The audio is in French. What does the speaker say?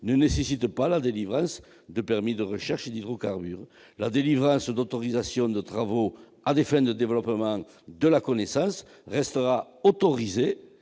ne nécessite pas la délivrance de permis de recherches d'hydrocarbures. La délivrance d'autorisations de travaux à des fins de développement de la connaissance restera autorisée,